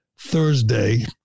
Thursday